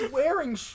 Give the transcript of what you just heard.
Wearing